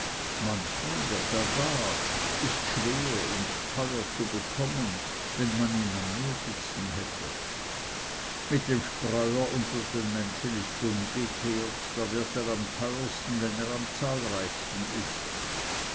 manchmal wird er rar ist schwer und teuer zu bekommen wenn man ihn am nötigsten hätte mit dem spreuer unter den menschen ists umgekehrt da wird er am teuersten wenn er am zahlreichsten ist